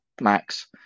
Max